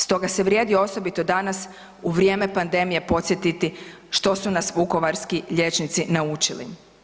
Stoga se vrijedi osobito danas u vrijeme pandemije podsjetiti što su nas vukovarski liječnici naučili.